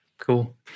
Cool